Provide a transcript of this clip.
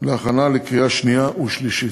להכנה לקריאה שנייה ושלישית.